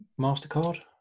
mastercard